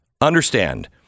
Understand